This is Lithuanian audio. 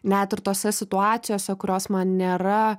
net ir tose situacijose kurios man nėra